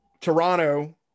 Toronto